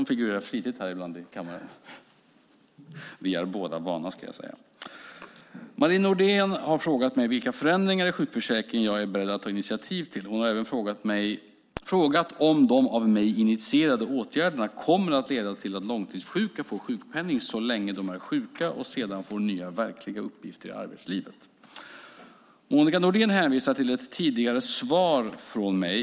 Fru talman! Marie Nordén har frågat mig vilka förändringar i sjukförsäkringen jag är beredd att ta initiativ till. Hon har även frågat om de av mig initierade åtgärderna kommer att leda till att långtidssjuka får sjukpenning så länge de är sjuka och sedan får nya verkliga uppgifter i arbetslivet. Marie Nordén hänvisar till ett tidigare svar från mig.